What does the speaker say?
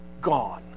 gone